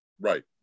right